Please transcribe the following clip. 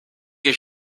que